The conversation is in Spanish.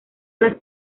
las